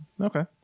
Okay